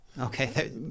Okay